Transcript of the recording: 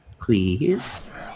please